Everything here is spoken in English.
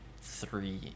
three